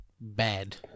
bad